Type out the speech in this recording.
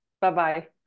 Bye-bye